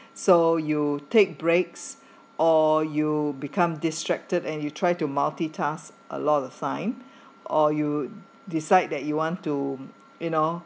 so you take breaks or you become distracted and you try to multitask a lot of time or you decide that you want to you know